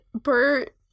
Bert